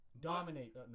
dominate